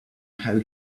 how